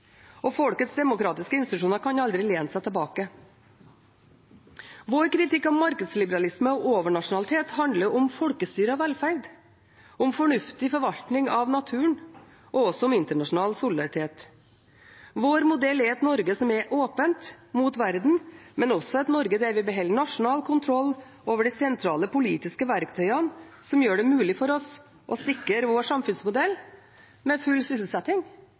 styring. Folkets demokratiske institusjoner kan aldri lene seg tilbake. Vår kritikk av markedsliberalisme og overnasjonalitet handler om folkestyre og velferd, om fornuftig forvaltning av naturen og også om internasjonal solidaritet. Vår modell er et Norge som er åpent mot verden, men også et Norge der vi beholder nasjonal kontroll over de sentrale politiske verktøyene, som gjør det mulig for oss å sikre vår samfunnsmodell med full sysselsetting,